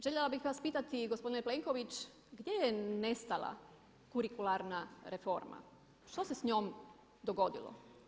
Željela bih vas pitati gospodine Plenković gdje je nestala kurikularna reforma, što se s njom dogodilo?